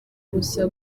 gusa